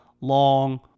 long